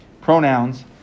pronouns